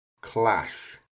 clash